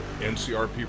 NCRP